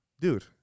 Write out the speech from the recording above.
Dude